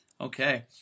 Okay